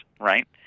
right